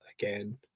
again